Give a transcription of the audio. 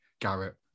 Garrett